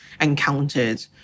encountered